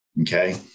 Okay